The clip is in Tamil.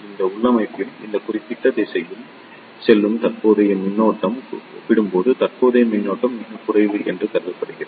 இந்த உள்ளமைவில் இந்த குறிப்பிட்ட திசையில் செல்லும் தற்போதைய மின்னோட்டத்துடன் ஒப்பிடும்போது தற்போதைய மின்னோட்டம் மிகக் குறைவு என்று கருதப்படுகிறது